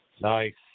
Nice